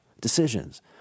decisions